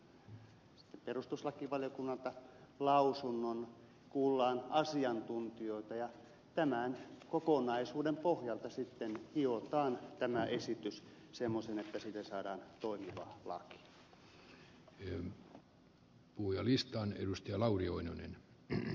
me saamme sitten perustuslakivaliokunnalta lausunnon kuullaan asiantuntijoita ja tämän kokonaisuuden pohjalta sitten hiotaan tämä esitys semmoiseksi että siitä saadaan toimiva laki